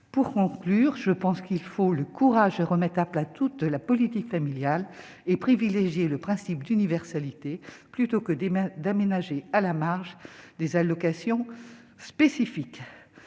pour conclure, je pense qu'il faut le courage de remettre à plat toute la politique familiale et privilégier le principe d'universalité, plutôt que des mains d'aménager à la marge des allocations spécifiques.